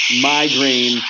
migraine